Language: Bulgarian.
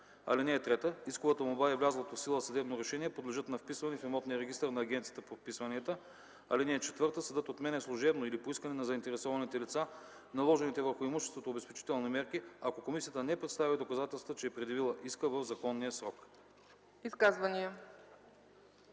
оценка. (3) Исковата молба и влязлото в сила съдебно решение подлежат на вписване в имотния регистър на Агенцията по вписванията. (4) Съдът отменя служебно или по искане на заинтересованите лица наложените върху имуществото обезпечителни мерки, ако комисията не представи доказателства, че е предявила иска в законния срок.”